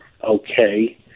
okay